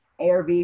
ARV